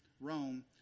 Rome